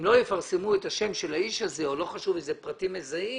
אם לא יפרסמו את השם של האיש הזה או פרטים מזהים,